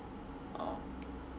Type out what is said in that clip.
oh